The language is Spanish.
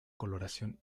coloración